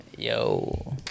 Yo